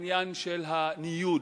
העניין של הניוד,